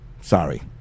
Sorry